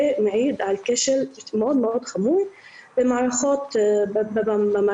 זה מעיד על כשל מאוד מאוד חמור במערכת המשפט,